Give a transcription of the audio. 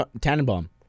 Tannenbaum